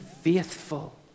faithful